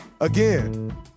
Again